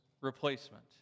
replacement